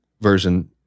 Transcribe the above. version